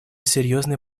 серьезной